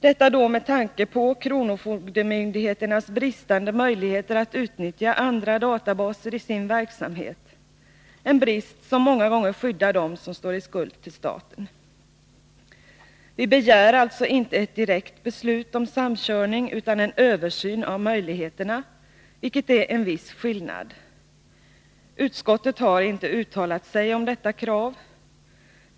Detta då med tanke på kronofogdemyndigheternas bristande möjligheter att utnyttja andra databaser i sin verksamhet, en brist som många gånger skyddar dem som står i skuld till staten. Vi begär alltså inte ett direkt beslut om samkörning utan en översyn av möjligheterna, vilket är en viss skillnad. Utskottet har inte uttalat sig om detta krav.